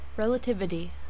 Relativity